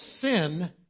sin